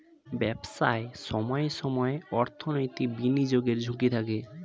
ব্যবসায় সময়ে সময়ে অর্থনৈতিক বিনিয়োগের ঝুঁকি থাকে